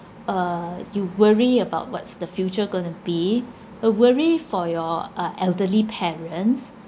uh you worry about what's the future going to be you worry for your uh elderly parents